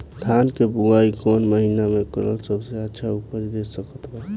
धान के बुआई कौन महीना मे करल सबसे अच्छा उपज दे सकत बा?